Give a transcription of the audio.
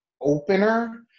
opener